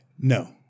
No